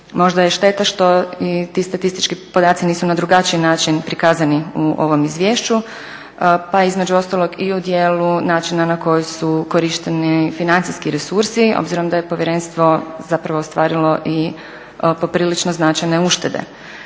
možda je šteta što i ti statistički podaci nisu na drugačiji način prikazani u ovom izvješću, pa između ostalog i u dijelu načina na koji su korišteni financijski resursi, obzirom da je povjerenstvo zapravo ostvarilo i poprilično značajne uštede.